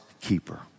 keeper